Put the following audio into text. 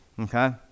okay